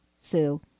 Sue